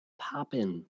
popping